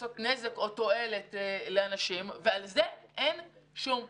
נזק או לעשות תועלת לאנשים, ועל זה אין שום פיקוח.